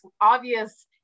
obvious